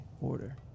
order